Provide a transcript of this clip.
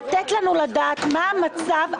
צריך לתת לנו לדעת מה המצב בבור התקציבים.